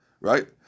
Right